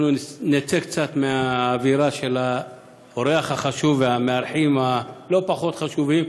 אנחנו נצא קצת מהאווירה של האורח החשוב והמארחים הלא-פחות חשובים.